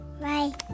Bye